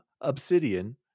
Obsidian